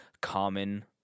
common